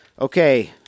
Okay